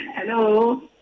Hello